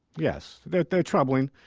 yes. they're they're troubling.